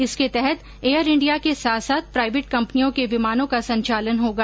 इसके तहत Air India के साथ साथ प्राइवेट कम्पनियों के विमानों का संचालन होगा